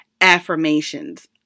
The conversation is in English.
affirmations